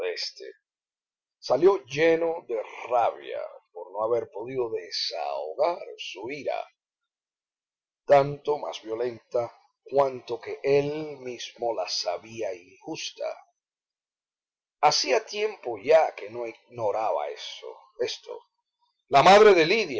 éste salió lleno de rabia por no haber podido desahogar su ira tanto más violenta cuanto que él mismo la sabía injusta hacía tiempo ya que no ignoraba esto la madre de